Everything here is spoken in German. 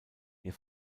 ihr